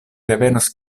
revenos